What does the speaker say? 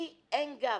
לי אין גב.